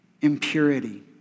impurity